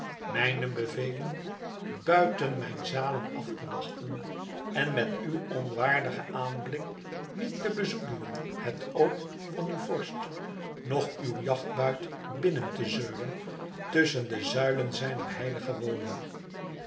mijne bevelen bùiten mijn zalen af te wachten en met uw onwaardigen aanblik niet te bezoedelen het oog van uw vorst noch uw jachtbuit binnen te zeulen tusschen de zuilen zijner heilige woning